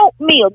oatmeal